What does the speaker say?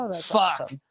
Fuck